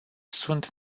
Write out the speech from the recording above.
sunt